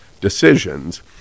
decisions